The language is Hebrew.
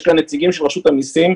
יש כאן נציגים של רשות המסים,